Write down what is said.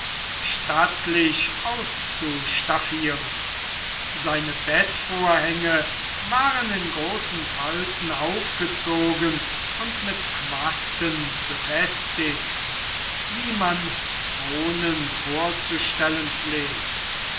stattlich auszustaffieren seine bettvorhänge waren in große falten aufgezogen und mit quasten befestigt wie man thronen vorzustellen pflegt